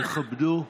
תכבדו.